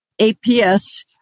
APS